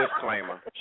disclaimer